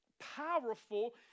powerful